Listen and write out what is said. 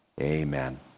Amen